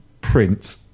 print